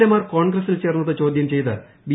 A മാർ കോൺഗ്രസിൽ ചേർന്നത് ചോദ്യം ചെയ്ത് ബി